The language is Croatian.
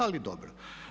Ali dobro!